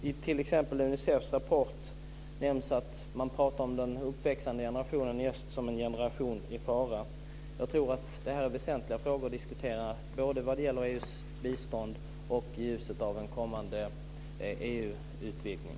I t.ex. Unicefs rapport nämns att man pratar om den växande generationen i öst som en generation i fara. Jag tror att det är väsentliga frågor att diskutera både vad gäller EU:s bistånd och i ljuset av en kommande EU-utvidgning.